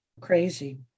crazy